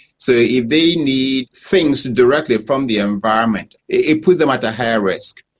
so if they need things and directly from the environment, it puts them at a higher risk.